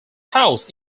house